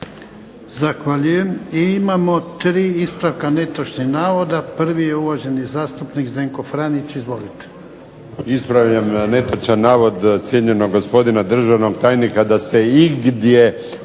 Zahvaljujem. I imamo tri ispravka netočnih navoda. Prvi je uvaženi zastupnik Zdenko Franić, izvolite. **Franić, Zdenko (SDP)** Ispravljam netočan navod cijenjenog gospodina državnog tajnika da se igdje